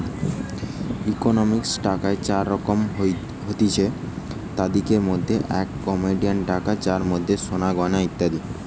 ইকোনমিক্সে টাকার চার রকম হতিছে, তাদির মধ্যে এক কমোডিটি টাকা যার মানে সোনার গয়না ইত্যাদি